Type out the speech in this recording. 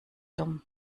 dumm